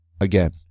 Again